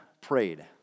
prayed